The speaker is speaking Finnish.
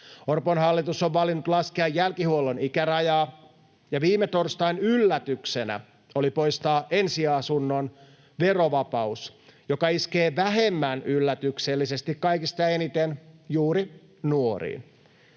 Orpon hallitus on valinnut laskea jälkihuollon ikärajaa, ja viime torstain yllätyksenä oli poistaa ensiasunnon verovapaus, joka iskee vähemmän yllätyksellisesti kaikista eniten juuri nuoriin.